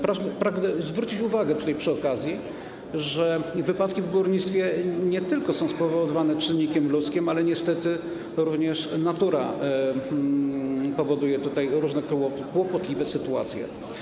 Pragnę zwrócić uwagę przy okazji, że wypadki w górnictwie są nie tylko spowodowane czynnikiem ludzkim, ale niestety również natura powoduje różne kłopotliwe sytuacje.